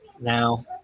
now